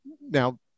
Now